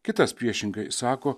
kitas priešingai sako